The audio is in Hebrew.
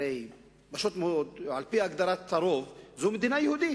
הרי פשוט מאוד, על-פי הגדרת הרוב זו מדינה יהודית,